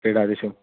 क्रीडादिषु